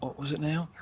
was it now,